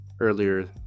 earlier